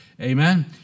Amen